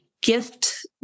gift